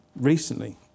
recently